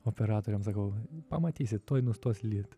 operatoriams sakau pamatysi tuoj nustos lyt